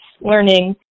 learning